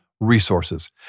resources